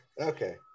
Okay